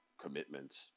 commitments